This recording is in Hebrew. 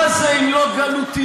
מה זה אם לא גלותיות,